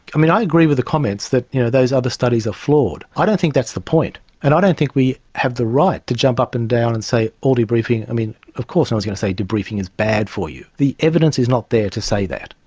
i mean i agree with the comments that you know those other studies are flawed. i don't think that's the point and i don't think we have the right to jump up and down and say all debriefing i mean of course no-one's going to say debriefing is bad for you, the evidence is not there to say that.